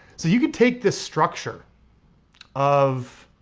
so you can take this structure of,